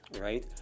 right